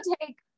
take